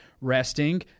resting